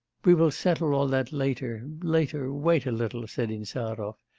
we will settle all that later, later, wait a little said insarov.